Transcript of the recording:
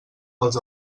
pels